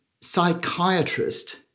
psychiatrist